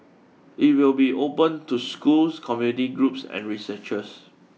it will be open to schools community groups and researchers